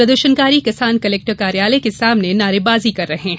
प्रदर्शनकारी किसान कलेक्टर कार्यालय के सामने नारेबाजी कर रहे हैं